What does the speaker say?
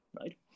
right